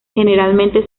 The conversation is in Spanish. generalmente